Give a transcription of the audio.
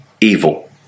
evil